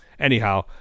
Anyhow